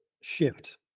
shift